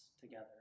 together